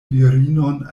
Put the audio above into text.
virinon